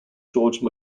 george